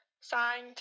Signed